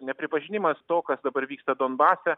nepripažinimas to kas dabar vyksta donbase